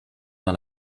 dans